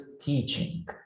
teaching